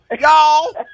y'all